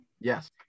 Yes